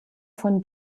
von